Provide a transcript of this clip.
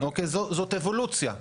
זאת אבולוציה.